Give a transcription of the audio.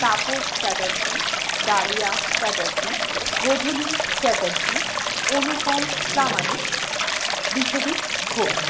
Tapas Chatterjee Dalia Chatterjee Godhuli Chatterjee Anupam Pramanik Biswadip Ghosh